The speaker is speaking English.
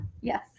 Yes